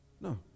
No